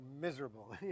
miserable